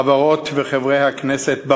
עמיתי חברות וחברי הכנסת,